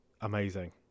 amazing